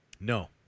No